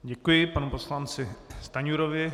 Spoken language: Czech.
Děkuji panu poslanci Stanjurovi.